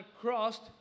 crossed